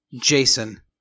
Jason